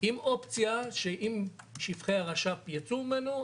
עם אופציה שאם שטחי הרש"פ יצאו ממנו,